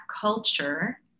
culture